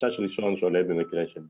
החשש הראשון שעולה במקרה של